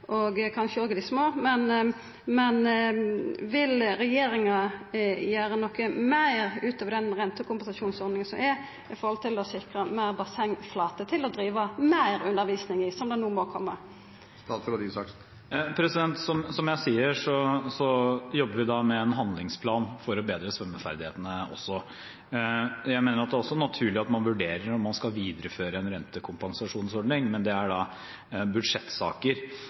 Vil regjeringa gjera noko meir utover den rentekompensasjonsordninga som er, for å sikra meir bassengflate til å driva meir undervisning i – som no må koma? Som jeg sier, så jobber vi med en handlingsplan for å bedre svømmeferdighetene. Jeg mener også det er naturlig at man vurderer om man skal videreføre en rentekompensasjonsordning, men det er